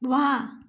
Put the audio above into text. वहाँ